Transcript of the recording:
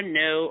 no